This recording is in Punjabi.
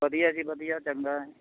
ਵਧੀਆ ਜੀ ਵਧੀਆ ਚੰਗਾ